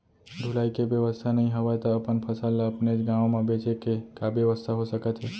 ढुलाई के बेवस्था नई हवय ता अपन फसल ला अपनेच गांव मा बेचे के का बेवस्था हो सकत हे?